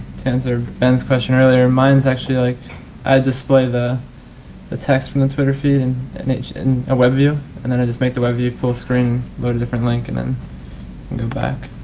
to answer ben's question earlier mines actually like i display the the text from the twitter feed and and a webview and then i just make the webview full screen, load a different link and then go back.